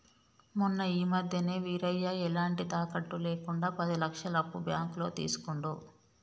మొన్న ఈ మధ్యనే వీరయ్య ఎలాంటి తాకట్టు లేకుండా పది లక్షల అప్పు బ్యాంకులో తీసుకుండు